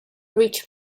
rich